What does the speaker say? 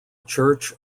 church